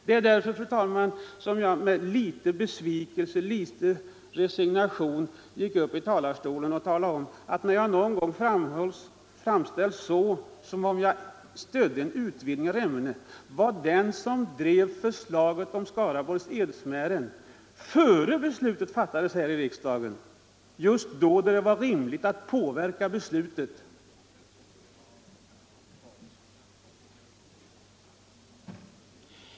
Det var därför, fru talman, som jag med någon besvikelse och resignation gick upp i talarstolen för att, när man framställt det som om jag stött en utvidgning av Remmene, få klargöra att jag var den som först drev förslaget om Skaraborgs Edsmären innan beslutet fattades här i riksdagen, just vid den tidpunkt då det var rimligt och möjligt att påverka beslutet.